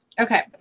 okay